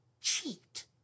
cheat